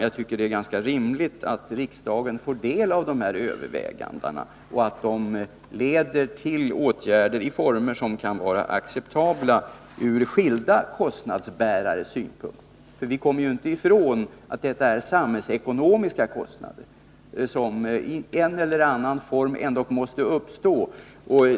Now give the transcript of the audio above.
Jag tycker att det är ganska rimligt att riksdagen får del av dessa överväganden och att de leder till åtgärder i former som kan vara acceptabla ur skilda kostnadsbärares synpunkt. Vi kommer inte ifrån att detta är samhällsekonomiska kostnader, som i en eller annan form ändå måste uppstå.